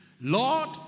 Lord